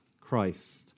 Christ